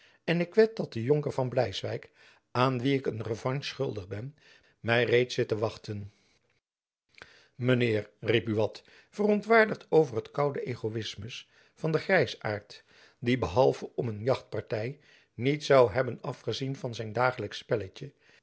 en ik wed dat de jonker van bleiswijck aan wien ik een revanche schuldig ben my reeds zit te wachten jacob van lennep elizabeth musch mijn heer riep buat verontwaardigd over het koude egoïsmus van den grijzaart die behalve om een jachtparty niet zoû hebben afgezien van zijn dagelijksch spelletjen